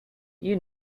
you